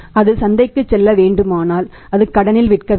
அது சந்தைக்குச் செல்ல வேண்டுமானால் அது கடனில் விற்க வேண்டும்